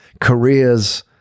careers